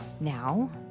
now